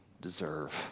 deserve